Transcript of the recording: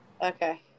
Okay